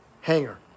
hanger